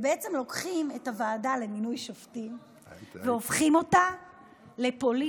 בעצם לוקחים את הוועדה למינוי שופטים והופכים אותה לפוליטית